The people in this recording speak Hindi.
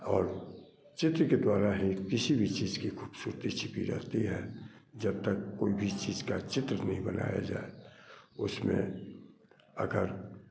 और चित्र के द्वारा ही किसी भी चीज़ की ख़ूबसूरती छिपी रहती है जब तक कोई भी चीज़ का चित्र नहीं बनाया जाए उसमें अगर